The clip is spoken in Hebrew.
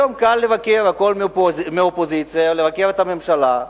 היום, מהאופוזיציה, קל לבקר הכול, לבקר את הממשלה,